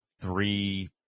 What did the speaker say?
three